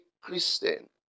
Christian